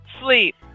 Sleep